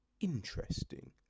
interesting